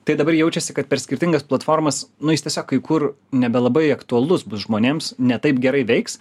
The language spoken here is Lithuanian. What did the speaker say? tai dabar jaučiasi kad per skirtingas platformas nueis tiesiog kai kur nebelabai aktualus bus žmonėms ne taip gerai veiks